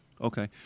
Okay